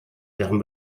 deren